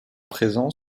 présent